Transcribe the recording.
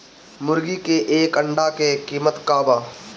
मुर्गी के एक अंडा के कीमत का बा?